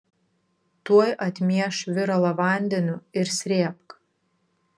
tuoj atmieš viralą vandeniu ir srėbk